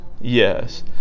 Yes